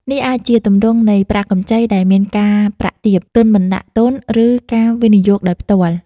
នេះអាចជាទម្រង់នៃប្រាក់កម្ចីដែលមានការប្រាក់ទាប ទុនបណ្តាក់ទុនឬការវិនិយោគដោយផ្ទាល់ ។